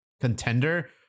contender